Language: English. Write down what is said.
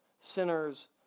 sinners